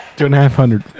Two-and-a-half-hundred